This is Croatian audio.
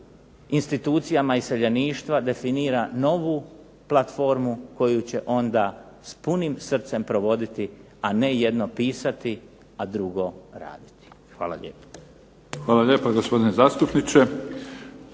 institucijama iseljeništva definira novu platformu koju će onda s punim srcem provoditi, a ne jedno pisati, a drugo raditi. Hvala lijepo.